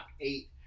eight